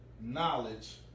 knowledge